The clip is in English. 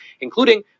including